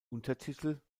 untertitel